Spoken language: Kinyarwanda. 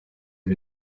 ubu